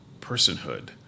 personhood